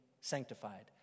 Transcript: sanctified